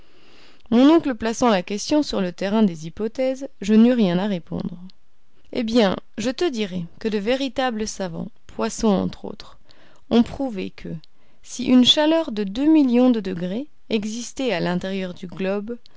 mon oncle plaçant la question sur le terrain des hypothèses je n'eus rien à répondre eh bien je te dirai que de véritables savants poisson entre autres ont prouvé que si une chaleur de deux millions de degrés existait à l'intérieur du globe